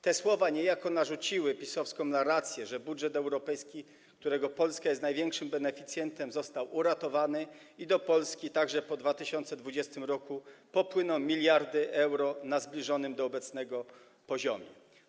Te słowa niejako narzuciły PiS-owską narrację, że budżet europejski, którego Polska jest największym beneficjentem, został uratowany i do Polski także po 2020 r. popłyną miliardy euro na zbliżonym do obecnego poziomie.